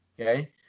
Okay